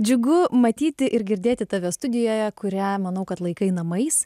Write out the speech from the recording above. džiugu matyti ir girdėti tave studijoje kurią manau kad laikai namais